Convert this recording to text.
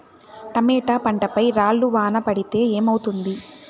Tomato పంట పై రాళ్లు వాన పడితే ఏమవుతుంది?